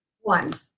one